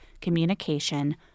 communication